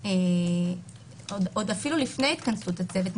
לפני התכנסות הצוות,